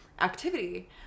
activity